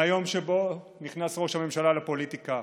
מהיום שבו נכנס ראש הממשלה לפוליטיקה,